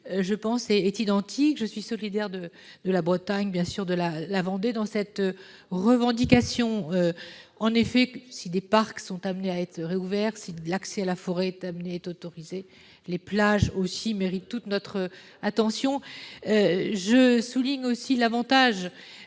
je pense, identique. Je suis solidaire de la Bretagne, bien sûr, mais aussi de la Vendée dans cette revendication. En effet, si des parcs sont amenés à être rouverts, si l'accès à la forêt est de nouveau autorisé, les plages aussi méritent toute notre attention. L'avantage